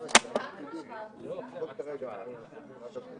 לא לחשוב